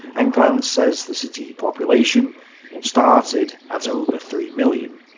and glantz says the city population started at over three million.